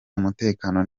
umutekano